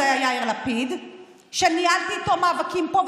זה היה יאיר לפיד שניהלתי איתו מאבקים פה,